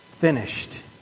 finished